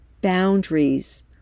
boundaries